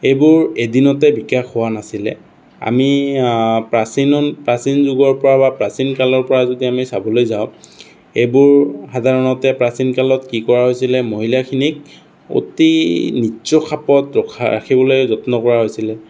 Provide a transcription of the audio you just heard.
এইবোৰ এদিনতে বিকাশ হোৱা নাছিলে আমি প্ৰাচীনন প্ৰাচীন যুগৰপৰা বা প্ৰাচীনকালৰপৰা যদি আমি চাবলৈ যাওঁ এইবোৰ সাধাৰণতে প্ৰাচীন কালত কি কৰা হৈছিলে মহিলাখিনিক অতি নিচ খাপত ৰখা ৰাখিবলৈ যত্ন কৰা হৈছিলে